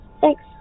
Thanks